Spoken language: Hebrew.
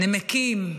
נמקים.